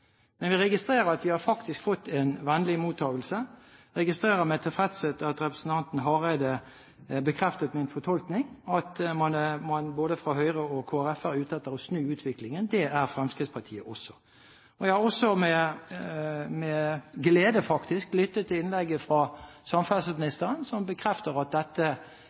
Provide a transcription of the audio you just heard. Men vi registrerer at forslaget faktisk har fått en vennlig mottakelse. Vi registrerer med tilfredshet at representanten Hareide har bekreftet min fortolkning, at man både fra Høyre og Kristelig Folkeparti er ute etter å snu utviklingen. Det er Fremskrittspartiet også. Jeg har også med glede lyttet til innlegget fra samferdselsministeren, som bekrefter at dette